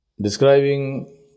describing